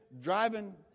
driving